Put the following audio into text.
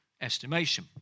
estimation